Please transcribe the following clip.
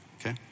Okay